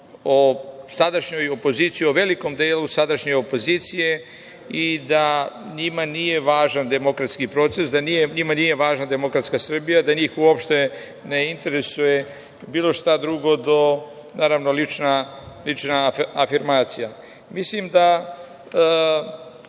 o sadašnjoj opoziciji, o velikom delu sadašnje opozicije i da njima nije važan demokratski proces, da njima nije važna demokratska Srbija, da njih uopšte ne interesuje bilo šta drugo do, naravno, lična afirmacija. Mislim da,